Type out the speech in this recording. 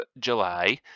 July